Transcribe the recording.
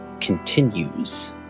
continues